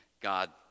God